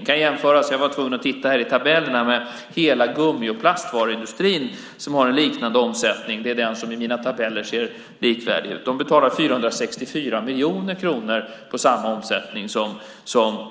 Det kan jämföras med - jag var tvungen att titta i tabellerna - hela gummi och plastvaruindustrin, som har en liknande omsättning. Det är den som i mina tabeller ser likvärdig ut. De betalar 464 miljoner kronor på samma omsättning